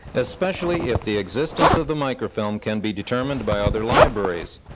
especially if the existence of the microfilm can be determined by other libraries.